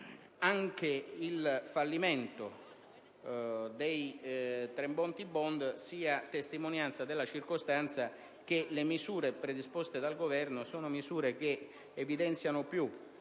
anche il fallimento dei Tremonti *bond* sia testimonianza della circostanza che le misure predisposte dal Governo evidenziano più